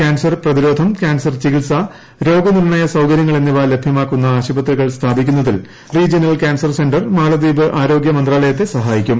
cancer പ്രതിരോധം cancer ചികിത്സ രോഗനിർണയ സൌകര്യങ്ങൾ എന്നിവ ലഭ്യമാക്കുന്ന ആശുപത്രികൾ സ്ഥാപിക്കുന്നതിൽ റീജിയണൽ കാൻസർ സെന്റർ മാലദ്വീപ് ആരോഗ്യ മന്ത്രാലയത്തെ സഹായിക്കും